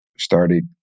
started